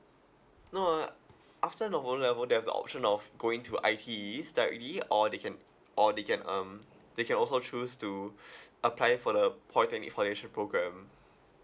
no uh after the O level they have the option of going to I_T start already or they can or they can um they can also choose to apply for the polytechnic foundation programme